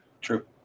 true